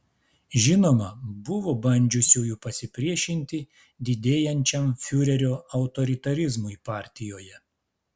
žinoma buvo bandžiusiųjų pasipriešinti didėjančiam fiurerio autoritarizmui partijoje